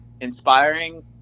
inspiring